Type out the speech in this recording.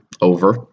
Over